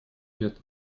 лет